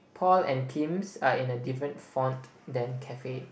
Paul and Kim's are in a different font than cafe